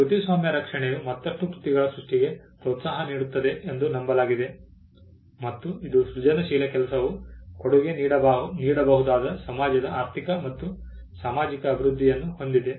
ಕೃತಿಸ್ವಾಮ್ಯ ರಕ್ಷಣೆಯು ಮತ್ತಷ್ಟು ಕೃತಿಗಳ ಸೃಷ್ಟಿಗೆ ಪ್ರೋತ್ಸಾಹ ನೀಡುತ್ತದೆ ಎಂದು ನಂಬಲಾಗಿದೆ ಮತ್ತು ಇದು ಸೃಜನಶೀಲ ಕೆಲಸವು ಕೊಡುಗೆ ನೀಡಬಹುದಾದ ಸಮಾಜದ ಆರ್ಥಿಕ ಮತ್ತು ಸಾಮಾಜಿಕ ಅಭಿವೃದ್ಧಿಯನ್ನು ಹೊಂದಿದೆ